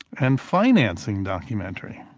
and financing documentary.